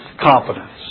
confidence